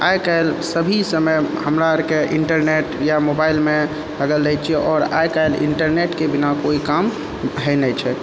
आइकाल्हि सभी समय हमरा अरके इन्टरनेट या मोबाइलमे अगर लै छियै आओर आइकाल्हि इन्टरनेटके बिना कोइ काम होइ नहि छै